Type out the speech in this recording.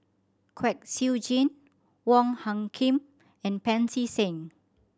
Kwek Siew Jin Wong Hung Khim and Pancy Seng